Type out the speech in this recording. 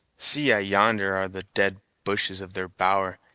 see i yonder are the dead bushes of their bower,